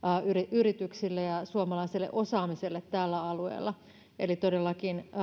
yrityksille ja suomalaiselle osaamiselle tällä alueella eli todellakin